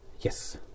yes